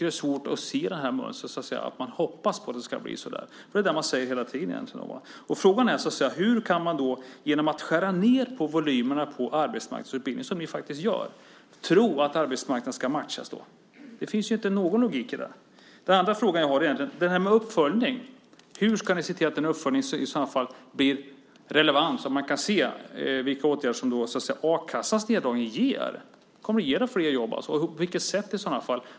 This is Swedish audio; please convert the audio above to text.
Det är svårt att se något mönster när man hela tiden säger att man hoppas att det ska bli på ett visst sätt. Frågan är hur man genom att skära ned volymerna på arbetsmarknadsutbildningen, vilket man faktiskt gör, kan tro att arbetsmarknaden därmed ska matchas. Det finns ingen logik i det. Vad gäller uppföljning vill jag fråga: Hur ska ni se till att uppföljningen blir relevant, så att man ser vilka resultat a-kassans neddragning ger? Kommer det att ge flera jobb, och på vilket sätt i så fall?